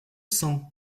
cent